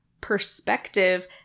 perspective